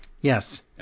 Yes